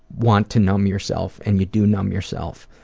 want to numb yourself, and you do numb yourself,